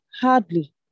Hardly